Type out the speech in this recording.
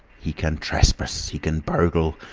he can trespass, he can burgle,